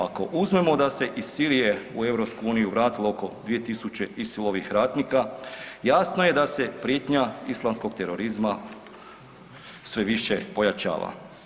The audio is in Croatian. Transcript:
Ako uzmemo da se iz Sirije u EU vratilo oko 2000 ISIL-ovih ratnika, jasno je da se prijetnja islamskog terorizma sve više pojačava.